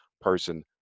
person